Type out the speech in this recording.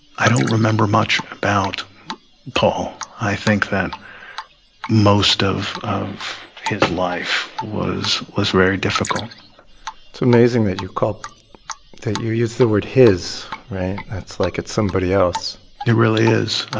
i don't remember much about paul. i think that most of of his life was was very difficult it's amazing that you call that you use the word his, right? that's like it's somebody else it really is